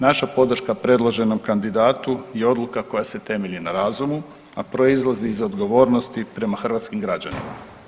Naša podrška predloženom kandidatu i odluka koja se temelji na razumu, a proizlazi iz odgovornosti prema hrvatskim građanima.